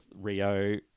Rio